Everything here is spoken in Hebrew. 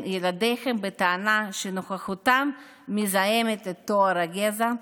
ילדיכם בטענה שנוכחותם מזהמת את טוהר הגזע?